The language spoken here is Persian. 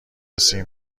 سیم